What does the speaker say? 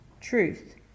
truth